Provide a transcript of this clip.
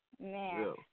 Man